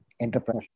enterprise